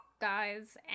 guys